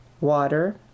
Water